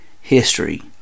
history